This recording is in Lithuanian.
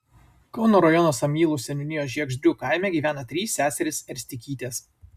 kauno rajono samylų seniūnijos žiegždrių kaime gyvena trys seserys erstikytės